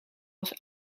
was